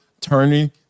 turning